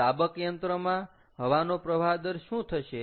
તો દાબક યંત્રમાં હવાનો પ્રવાહ દર શું થશે